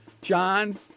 John